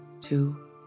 two